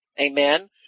amen